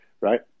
right